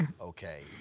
okay